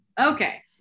okay